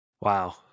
Wow